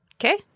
Okay